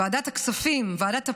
ועדת הכספים, ועדת הפנים,